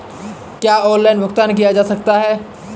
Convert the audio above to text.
क्या ऑनलाइन भुगतान किया जा सकता है?